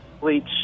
bleach